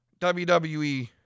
WWE